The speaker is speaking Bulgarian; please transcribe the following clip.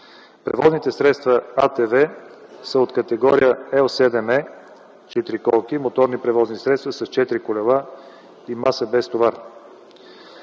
Превозните средства АТВ са от категория L7E, четириколки, моторни превозни средства с четири колела и маса без товар.